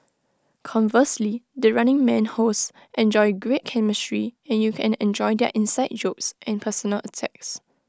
conversely the running man hosts enjoy great chemistry and you can enjoy their inside jokes and personal attacks